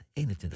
21